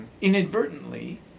Inadvertently